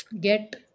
get